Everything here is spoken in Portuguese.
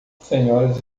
senhoras